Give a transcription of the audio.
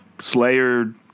Slayer